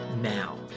now